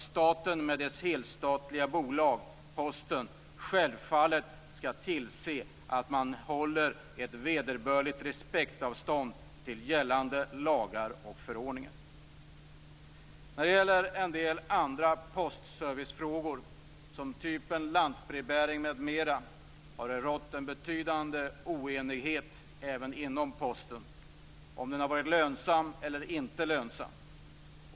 Staten med dess helstatliga bolag, Posten AB, skall självfallet tillse att man håller ett vederbörligt respektavstånd till gällande lagar och förordningar. När det gäller en del annan postservice av typen lantbrevbäring m.m. har det rått en betydande oenighet även inom Posten. Det har gällt om denna har varit lönsam eller inte.